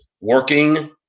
working